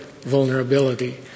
vulnerability